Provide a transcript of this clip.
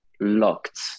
locked